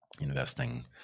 investing